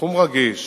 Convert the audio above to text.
בתחום רגיש,